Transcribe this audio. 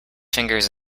fingers